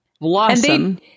Blossom